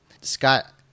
Scott